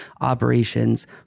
Operations